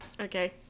Okay